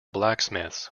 blacksmiths